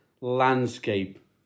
landscape